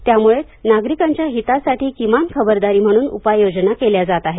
त्याम्ळेच नागरिकांच्या हितासाठी किमान खबरदारी म्हणून उपाययोजना केल्या जात आहेत